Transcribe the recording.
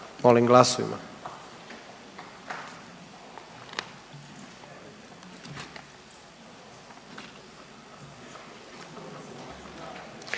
Molim glasujmo.